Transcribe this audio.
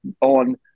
on